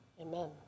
amen